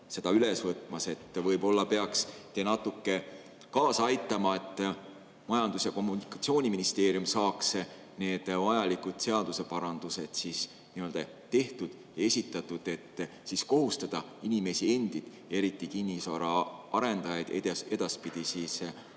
seda üles võtmas. Võib-olla peaks te natuke kaasa aitama, et Majandus- ja Kommunikatsiooniministeerium saaks need vajalikud seaduseparandused esitatud, et siis kohustada inimesi endid, eriti kinnisvaraarendajaid edaspidi